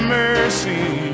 mercy